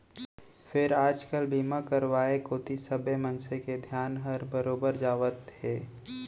फेर आज काल बीमा करवाय कोती सबे मनसे के धियान हर बरोबर जावत हे